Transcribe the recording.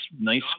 nice